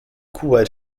kuwait